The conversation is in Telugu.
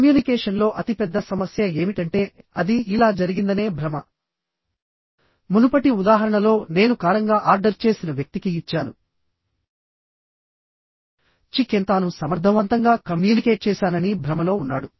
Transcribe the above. కమ్యూనికేషన్లో అతిపెద్ద సమస్య ఏమిటంటే అది ఇలా జరిగిందనే భ్రమ మునుపటి ఉదాహరణలో నేను కారంగా ఆర్డర్ చేసిన వ్యక్తికి ఇచ్చాను చికెన్ తాను సమర్థవంతంగా కమ్యూనికేట్ చేశానని భ్రమలో ఉన్నాడు